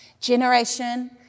Generation